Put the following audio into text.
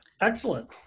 Excellent